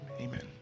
amen